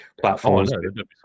platforms